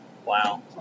Wow